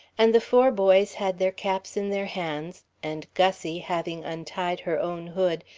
and the four boys had their caps in their hands, and gussie, having untied her own hood,